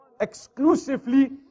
exclusively